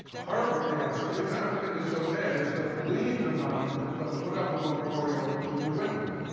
her answer, which i don't think is so bad, is to leave the monument, but put up a memorial to the women,